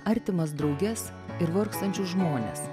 artimas drauges ir vargstančius žmones